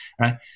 right